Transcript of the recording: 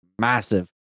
massive